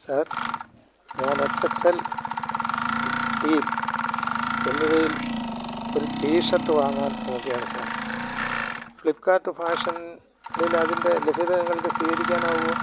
sir ഞാൻ X X L teal എന്നിവയിൽ ഒരു ടിഷർട്ട് വാങ്ങാൻ നോക്കുകയാണ് സാർ ഫ്ലിപ്പ്കാർട്ട് ഫാഷൻൽ അതിൻ്റെ ലഭ്യത നിങ്ങൾക്ക് സ്ഥിരീകരിക്കാനാവുമോ